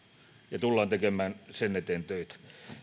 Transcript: ja tullaan tekemään sen eteen töitä